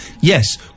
Yes